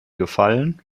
gefallen